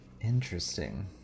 Interesting